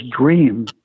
dream